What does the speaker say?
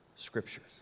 scriptures